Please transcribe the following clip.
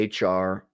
HR